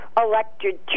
elected